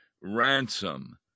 ransom